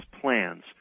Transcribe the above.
plans